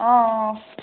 অঁ অঁ অঁ